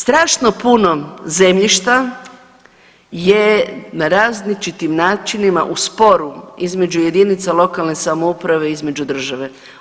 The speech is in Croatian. Strašno puno zemljišta je na različitim načinima u sporu između jedinica lokalne samouprave i između države.